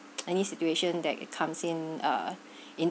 any situation that it comes in uh in